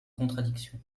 contradiction